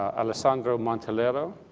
alessandro mantelero,